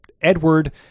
Edward